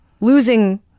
losing